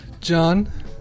John